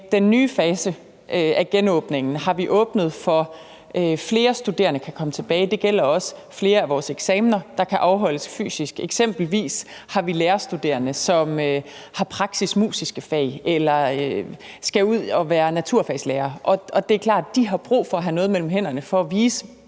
den nye fase af genåbningen har vi åbnet for, at flere studerende kan komme tilbage, og det gælder også, at flere af vores eksamener kan afholdes fysisk. Eksempelvis har vi lærerstuderende, som har praktisk-musiske fag, eller som skal ud og være naturfagslærere, og det er klart, at de har brug for at have noget mellem hænderne for at vise